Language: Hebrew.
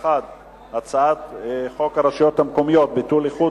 הצעת חוק הרשויות המקומיות (ביטול איחוד